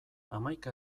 hamaika